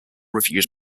reviewed